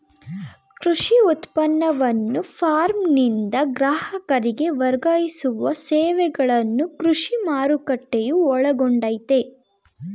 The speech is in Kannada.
ಕೃಷಿ ಉತ್ಪನ್ನವನ್ನು ಫಾರ್ಮ್ನಿಂದ ಗ್ರಾಹಕರಿಗೆ ವರ್ಗಾಯಿಸುವ ಸೇವೆಗಳನ್ನು ಕೃಷಿ ಮಾರುಕಟ್ಟೆಯು ಒಳಗೊಂಡಯ್ತೇ